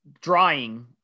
drying